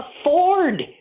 afford